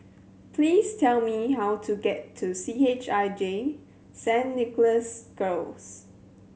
please tell me how to get to C H I J Saint Nicholas Girls